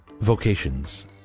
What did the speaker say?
vocations